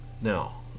Now